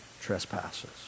trespasses